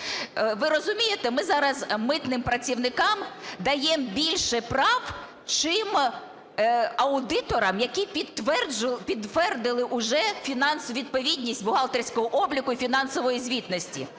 Ви розумієте, ми зараз митним працівникам даємо більше прав чим аудиторам, які підтвердили вже фінансову відповідність бухгалтерського обліку і фінансової звітності.